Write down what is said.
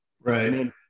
Right